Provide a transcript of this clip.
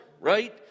right